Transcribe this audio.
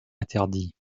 interdit